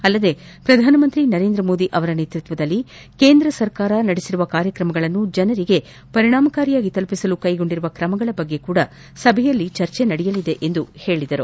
ಅಲ್ಲದೆ ಪ್ರಧಾನಮಂತ್ರಿ ನರೇಂದ್ರಮೋದಿ ಅವರ ನೇತೃತ್ವದಲ್ಲಿ ಕೇಂದ್ರ ಸರ್ಕಾರ ನಡೆಸಿರುವ ಕಾರ್ಯಕ್ರಮಗಳನ್ನು ಜನರಿಗೆ ಪರಿಣಾಮಕಾರಿಯಾಗಿ ತಲುಪಿಸಲು ಕೈಗೊಂಡ ಕ್ರಮಗಳ ಬಗ್ಗೆಯೂ ಸಭೆಯಲ್ಲಿ ಚರ್ಚೆ ನಡೆಯಲಿದೆ ಎಂದು ಹೇಳಿದರು